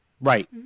Right